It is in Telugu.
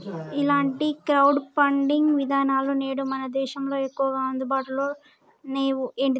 ఇలాంటి క్రౌడ్ ఫండింగ్ విధానాలు నేడు మన దేశంలో ఎక్కువగా అందుబాటులో నేవు